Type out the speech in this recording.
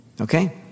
okay